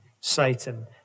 Satan